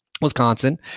wisconsin